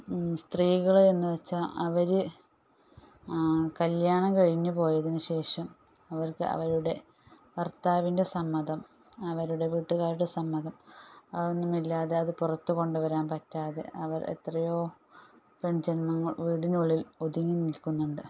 സ്ത്രീകൾ എന്നുവച്ചാൽ അവർ കല്യാണം കഴിഞ്ഞുപോയതിനു ശേഷം അവർക്ക് അവരുടെ ഭർത്താവിൻ്റെ സമ്മതം അവരുടെ വീട്ടുകാരുടെ സമ്മതം അതൊന്നുമില്ലാതെ അത് പുറത്തുകൊണ്ടുവരാൻ പറ്റാതെ അവർ എത്രയോ പെൺജന്മങ്ങൾ വീടിനുള്ളിൽ ഒതുങ്ങി നിൽക്കുന്നുണ്ട്